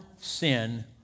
sin